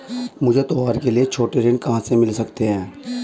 मुझे त्योहारों के लिए छोटे ऋण कहां से मिल सकते हैं?